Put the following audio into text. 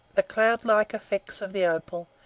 the cloudlike effects of the opal,